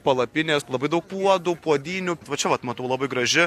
palapinės labai daug puodų puodynių va čia vat matau labai graži